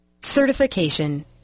Certification